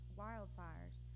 wildfires